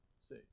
see